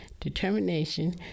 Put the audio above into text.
determination